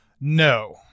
No